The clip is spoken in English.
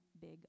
big